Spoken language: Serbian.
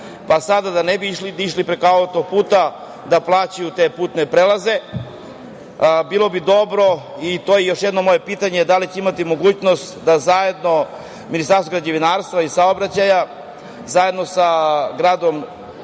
i da ne bi išli preko autoputa, da plaćaju te putne prelaze, bilo bi dobro, i to je još jedno moje pitanje - da li će imati mogućnost da Ministarstvo građevinarstva i saobraćaja zajedno sa